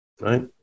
right